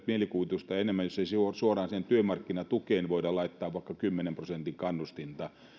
mielikuvitusta enemmän jos ei suoraan siihen työmarkkinatukeen voi laittaa vaikka kymmenen prosentin kannustinta